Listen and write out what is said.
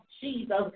Jesus